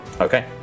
Okay